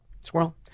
squirrel